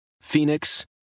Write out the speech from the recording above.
Phoenix